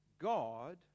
God